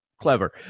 clever